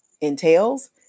entails